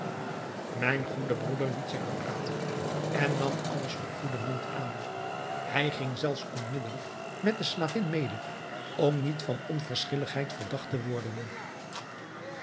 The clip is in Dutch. mijn goede broeder liet zich bepraten en nam alles voor goede munt aan hij ging zelfs onmiddelijk met de slavin mede om niet van onverschilligheid verdacht te worden